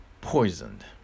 poisoned